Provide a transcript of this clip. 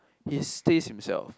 his stays himself